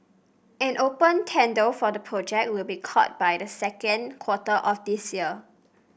an open tender for the project will be called by the second quarter of this year